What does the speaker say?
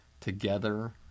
Together